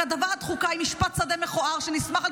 הכתבה הדחוקה היא משפט שדה מכוער שנסמך על